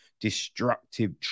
destructive